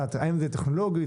האם זה טכנולוגיות?